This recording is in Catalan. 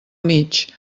mig